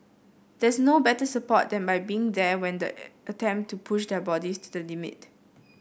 there's no better support than by being there when they attempt to push their bodies to the limit